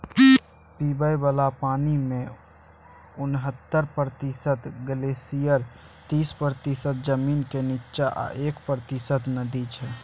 पीबय बला पानिमे उनहत्तर प्रतिशत ग्लेसियर तीस प्रतिशत जमीनक नीच्चाँ आ एक प्रतिशत नदी छै